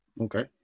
Okay